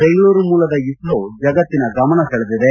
ಬೆಂಗಳೂರು ಮೂಲದ ಇಸ್ತೋ ಜಗತ್ತಿನ ಗಮನ ಸೆಳೆದಿದೆ